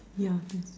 yeah that's